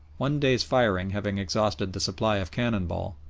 one day's firing having exhausted the supply of cannon-ball,